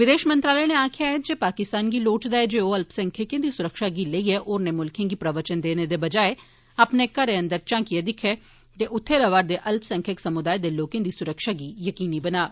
विदेश मंत्रालय नै आक्खेआ ऐ जे पाकिस्तान गी लोड़चदा ऐ जे ओह् अल्पसंख्यकें दी सुरक्षा गी लेईए होरनें मुल्खें गी प्रवचन देने दे बजाए अपने घरै अन्दर झांकिए दिक्खै ते उत्थे रवा करदे अल्पसंख्यक समुदाएं दे लोकें दी सुरक्षा गी यकीनी बनाऽ